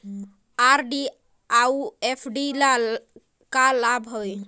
RD अऊ FD ल का लाभ हवे?